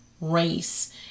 race